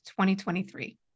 2023